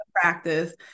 practice